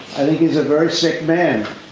i think he's a very sick man.